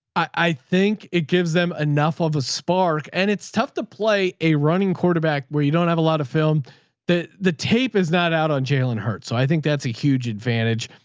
i think it gives them enough of a spark. and it's tough to play a running quarterback where you don't have a lot of film that the tape is not out on jalen hurts. so i think that's a huge advantage.